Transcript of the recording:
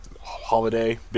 holiday